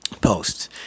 Posts